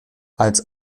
als